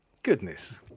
Goodness